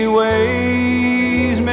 ways